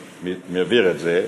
התרופפו.